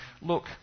look